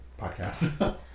podcast